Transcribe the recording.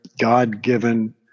God-given